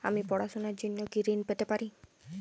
আমি পড়াশুনার জন্য কি ঋন পেতে পারি?